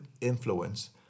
influence